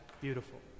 beautiful